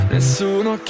Nessuno